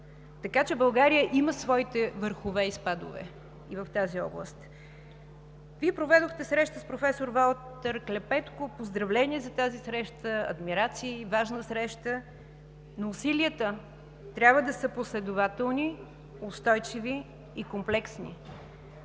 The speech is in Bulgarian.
така че България има своите върхове и спадове и в тази област. Вие проведохте среща с професор Валтер Клепетко – поздравения, адмирации за тази важна среща, но усилията трябва да са последователни, устойчиви и комплексни.